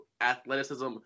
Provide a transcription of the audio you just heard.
athleticism